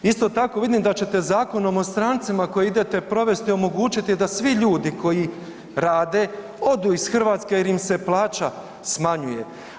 Isto tako vidim da ćete Zakonom o strancima koji idete provesti omogućiti da svi ljudi koji rade odu iz Hrvatske jer im se plaća smanjuje.